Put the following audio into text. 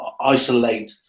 isolate